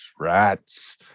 rats